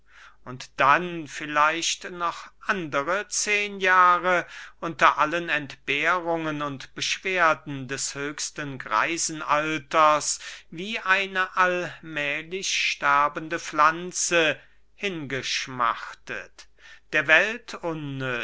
und dann vielleicht noch andere zehen jahre unter allen entbehrungen und beschwerden des höchsten greisenalters wie eine allmählich sterbende pflanze hingeschmachtet der welt